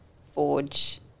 forge